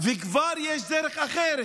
וכבר יש דרך אחרת.